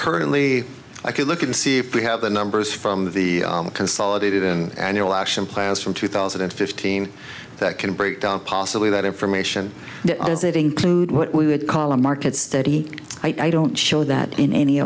currently i could look and see if we have the numbers from the consolidated and annual action plans from two thousand and fifteen that can break down possibly that information does it include what we would call a market study i don't show that in any